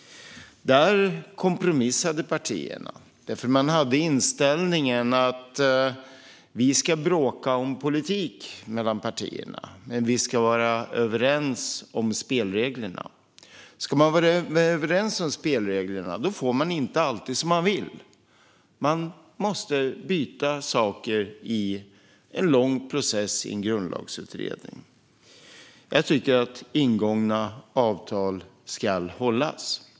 Där kompromissade partierna. Man hade inställningen att vi ska bråka om politik mellan partierna, men vi ska vara överens om spelreglerna. Ska man vara överens om spelreglerna får man inte alltid som man vill. Man måste byta saker i en lång process i en grundlagsutredning. Jag tycker att ingångna avtal ska hållas.